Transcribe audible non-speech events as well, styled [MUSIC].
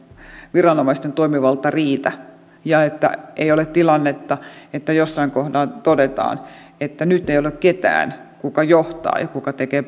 viranomaisten toimivalta riitä ja että ei ole tilannetta että jossain kohtaa todetaan että nyt ei ole ketään kuka johtaa ja kuka tekee [UNINTELLIGIBLE]